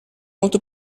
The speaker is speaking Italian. molto